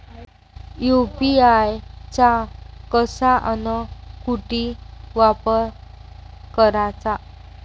UPI चा कसा अन कुटी वापर कराचा?